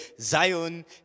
Zion